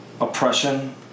oppression